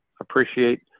appreciate